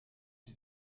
die